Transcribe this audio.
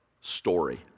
story